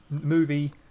movie